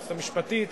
ליועצת המשפטית,